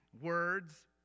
words